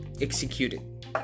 executed